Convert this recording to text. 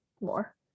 more